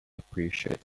appreciate